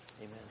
Amen